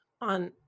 on